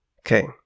okay